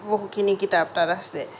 বহুখিনি কিতাপ তাত আছে